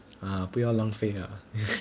不要浪费 lah